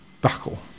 buckle